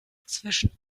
zwischen